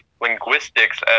linguistics